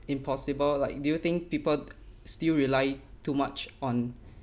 impossible like do you think people still rely too much on